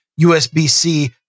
USB-C